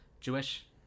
jewish